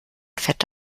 fett